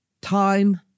Time